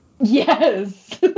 Yes